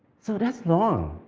so, that's wrong.